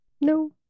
No